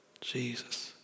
Jesus